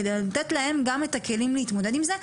כדי לתת להם גם את הכלים להתמודד עם זה,